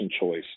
choice